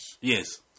Yes